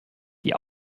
die